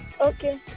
Okay